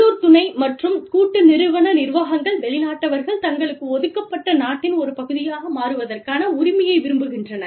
உள்ளூர் துணை மற்றும் கூட்டு நிறுவன நிர்வாகங்கள் வெளிநாட்டவர்கள் தங்களுக்கு ஒதுக்கப்பட்ட நாட்டின் ஒரு பகுதியாக மாறுவதற்கான உரிமையை விரும்புகின்றன